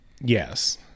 yes